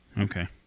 Okay